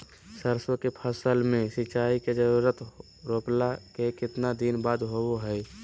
सरसों के फसल में सिंचाई के जरूरत रोपला के कितना दिन बाद होबो हय?